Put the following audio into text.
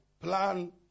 Plan